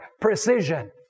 precision